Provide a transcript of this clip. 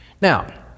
Now